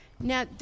Now